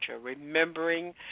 Remembering